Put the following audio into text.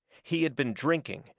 he had been drinking.